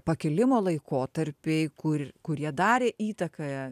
pakilimo laikotarpiai kur kurie darė įtaką